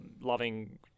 loving